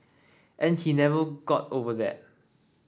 and he never got over that